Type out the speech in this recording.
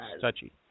touchy